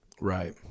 Right